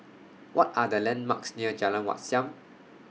What Are The landmarks near Jalan Wat Siam